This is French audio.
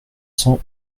cent